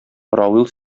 равил